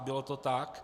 Bylo to tak.